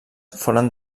foren